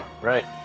Right